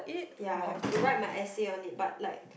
ya have to write my essay on it but like